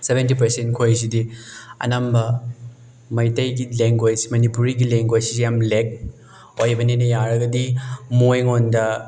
seventy ꯄꯥꯔꯁꯦꯟꯈꯣꯏꯁꯤꯗꯤ ꯑꯅꯝꯕ ꯃꯩꯇꯩꯒꯤ ꯂꯦꯡꯒ꯭ꯋꯦꯁ ꯃꯅꯤꯄꯨꯔꯤꯒꯤ ꯂꯦꯡꯒ꯭ꯋꯦꯁ ꯁꯤꯁꯦ ꯌꯥꯝ ꯂꯦꯛ ꯑꯣꯏꯕꯅꯤꯅ ꯌꯥꯔꯒꯗꯤ ꯃꯣꯏꯉꯣꯟꯗ